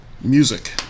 music